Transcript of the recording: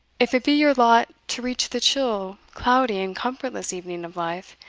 if it be your lot to reach the chill, cloudy, and comfortless evening of life,